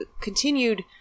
continued